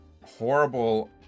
horrible